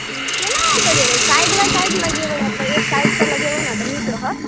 हूँ केना सजेबै साइड बाय साइड लगेबै मतलब एक साइड सॅं लगेबै ने तऽ नीक रहत